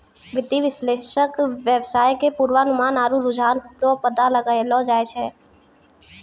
वित्तीय विश्लेषक वेवसाय के पूर्वानुमान आरु रुझान रो पता लगैलो जाय छै